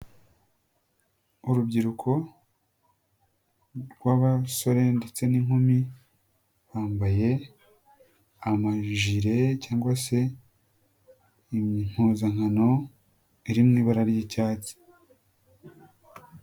Urubyiruko rw'abasore ndetse n'inkumi bambaye amajire cyangwa se impuzankano iri mu ibara ry'icyatsi.